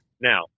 now